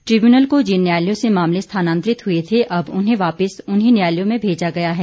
tribunal को जिन न्यायालयों से मामले स्थानांतरित हुए थे अब उन्हें वापिस उन्हीं न्यायालयों में भेजा गया है